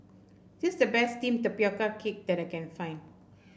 this the best steamed pioca cake that I can find